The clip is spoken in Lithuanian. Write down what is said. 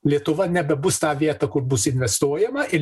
lietuva nebebus ta vieta kur bus investuojama ir